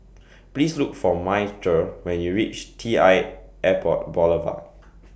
Please Look For Myrtle when YOU REACH T L Airport Boulevard